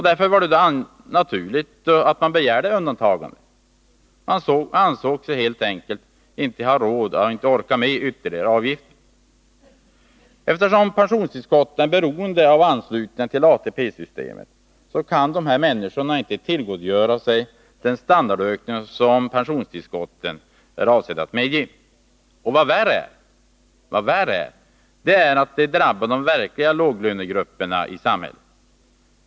Därför var det naturligt att man begärde undantagande. Man ansåg sig helt enkelt inte orka med ytterligare avgifter. Eftersom pensionstillskotten är beroende av anslutning till ATP-systemet kan dessa människor inte tillgodogöra sig den standardökning som pensionstillskotten är avsedda att medge. Och vad värre är: Detta drabbar de verkliga låglönegrupperna i samhället.